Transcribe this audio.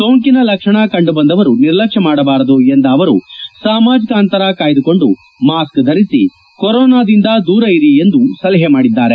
ಸೋಂಕಿನ ಲಕ್ಷಣ ಕಂಡು ಬಂದವರು ನಿರ್ಲಕ್ಷ್ಯ ಮಾಡಬಾರದು ಎಂದು ಅವರು ಸಾಮಾಣಿಕ ಅಂತರ ಕಾಯ್ದುಕೊಂಡು ಮಾಸ್ಕ್ ಧರಿಸಿ ಕೊರೋನಾದಿಂದ ದೂರ ಇರಿ ಎಂದು ಸಲಹೆ ಮಾಡಿದ್ದಾರೆ